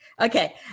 Okay